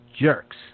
jerks